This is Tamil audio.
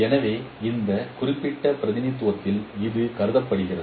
எனவே இந்த குறிப்பிட்ட பிரதிநிதித்துவத்தில் இது கருதப்படுகிறது